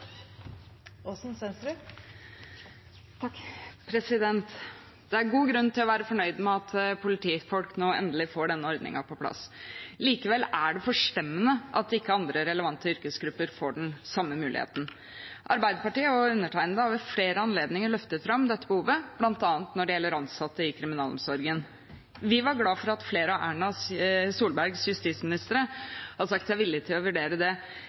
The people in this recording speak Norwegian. det forstemmende at ikke andre relevante yrkesgrupper får den samme muligheten. Arbeiderpartiet og undertegnede har ved flere anledninger løftet fram dette behovet, bl.a. når det gjelder ansatte i kriminalomsorgen. Vi var glad for at flere av Erna Solbergs justisministre har sagt seg villig til å vurdere det. Ja, de har til og med gitt uttrykk for å se urettferdigheten i denne forskjellsbehandlingen. Men med Solbergs siste justisminister i rekken stoppet altså både forståelsen og viljen til å behandle folk likt. Det